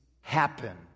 happen